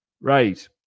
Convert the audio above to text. Right